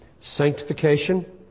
Sanctification